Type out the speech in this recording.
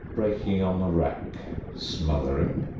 breaking on the rack, smothering,